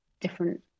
different